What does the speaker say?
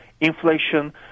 inflation